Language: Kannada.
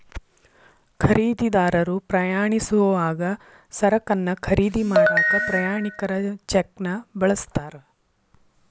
ಖರೇದಿದಾರರು ಪ್ರಯಾಣಿಸೋವಾಗ ಸರಕನ್ನ ಖರೇದಿ ಮಾಡಾಕ ಪ್ರಯಾಣಿಕರ ಚೆಕ್ನ ಬಳಸ್ತಾರ